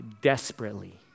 desperately